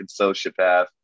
sociopath